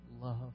love